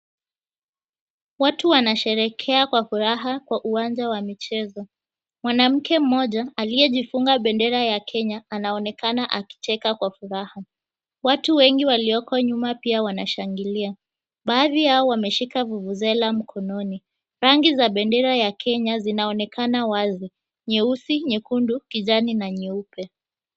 Watu wanasherekea kwa furaha kwa uwanja wa michezo. Mwanamke mmoja aliyejifunga bendera ya Kenya anaonekana akicheka kwa furaha. Watu wengi walioko nyuma pia wanashangilia. Baadhi yao wameshika vuvuzela mkononi. Rangi za bendera ya Kenya zinaonekana wazi. Nyeusi, nyekundu, kijani na nyeupe.